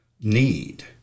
need